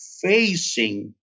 facing